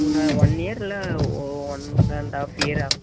நான் one year இல்லை ஓ ஒன் அண்ட் ஹாஃப் இயராக